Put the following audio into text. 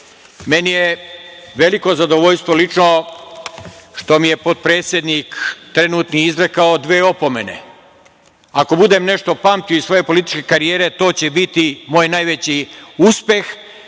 je veliko zadovoljstvo lično, što mi je potpredsednik trenutni izrekao dve opomene, i ako budem nešto pamtio iz svoje političke karijere, to će biti moj najveći uspeh,